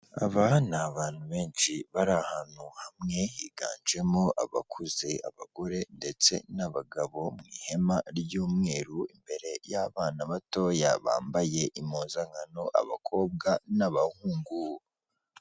Aba ni abantu benshi bari ahantu hamwe, higanjemo abakuze, abagore ndetse n'abagabo, mu ihema ry'umweru, imbere y'abana batoya bambaye impuzankano, abakobwa n'abahungu.